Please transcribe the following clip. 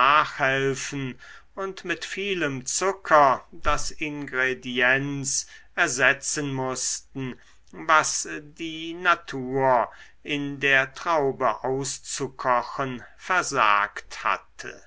nachhelfen und mit vielem zucker das ingrediens ersetzen mußten was die natur in der traube auszukochen versagt hatte